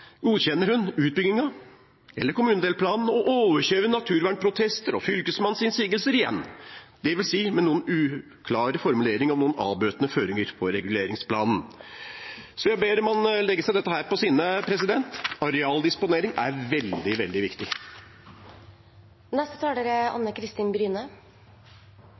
godkjenner statsråden utbyggingen, eller kommunedelplanen, og overkjører naturvernprotester og Fylkesmannens innsigelser igjen, dvs. med noen uklare formuleringer om noen avbøtende føringer for reguleringsplanen. Så jeg ber om at man legger seg dette på minne: Arealdisponering er veldig, veldig viktig.